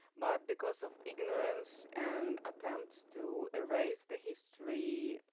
but because of ignorance and attempt to erase the history,